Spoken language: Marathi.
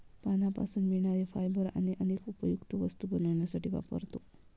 पानांपासून मिळणारे फायबर आपण अनेक उपयुक्त वस्तू बनवण्यासाठी वापरतो